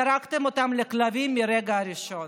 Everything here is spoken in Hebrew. זרקתם אותם לכלבים מהרגע הראשון.